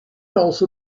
also